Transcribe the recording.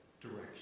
direction